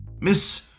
Miss